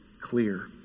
clear